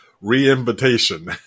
re-invitation